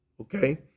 okay